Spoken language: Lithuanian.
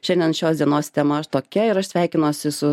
šiandien šios dienos tema tokia ir aš sveikinuosi su